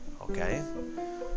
okay